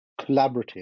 collaborative